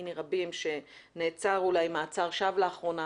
מני רבים שנעצר אולי מעצר שווא לאחרונה,